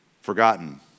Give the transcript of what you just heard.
forgotten